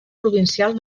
provincial